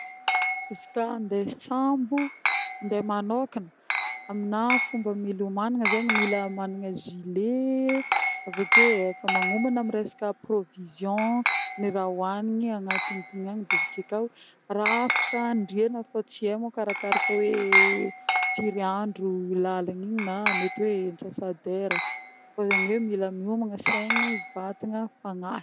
Izy koà andeha sambo andeha manôkagna aminah fomba mila homagnina zegny mila managna gillet, avy ake efa manomagna amina resaka provision, ny raha hoanigny agnatin'izy agny, avy ake koa raha afaka andriagna fa tsy he moko hoe arakaraka hoe firy andro lalan'igny na mety hoe antsasa-dera fa zagny hoe mila miomagna segny, vatagna, fagnahy.